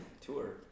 tour